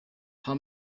how